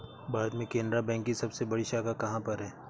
भारत में केनरा बैंक की सबसे बड़ी शाखा कहाँ पर है?